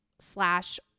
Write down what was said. Slash